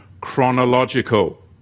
chronological